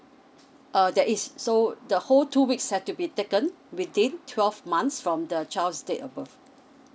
err there is so the whole two weeks had to be taken within twelve months from the child's date of birth